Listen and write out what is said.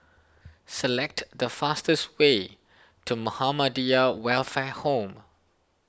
select the fastest way to Muhammadiyah Welfare Home